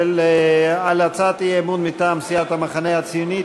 על הצעת האי-אמון מטעם סיעת המחנה הציוני,